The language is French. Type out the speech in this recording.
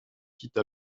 quitte